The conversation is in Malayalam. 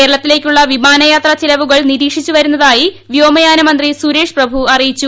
കേരളത്തിലേക്കുള്ള വിമാനയാത്രചിലവുകൾ നിരീക്ഷിക്കുന്നതായി വ്യോമയാനമന്ത്രി സുരേഷ് പ്രഭു അറിയിച്ചു